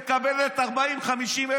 אתה מסתכל רק לכאן,